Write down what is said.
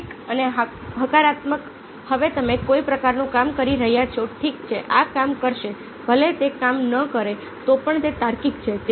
તાર્કિક અને હકારાત્મક હવે તમે કોઈ પ્રકારનું કામ કરી રહ્યા છો ઠીક છે આ કામ કરશે ભલે તે કામ ન કરે તો પણ તે તાર્કિક છે